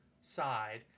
side